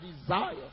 desire